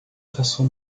façon